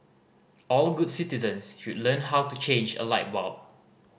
all good citizens should learn how to change a light bulb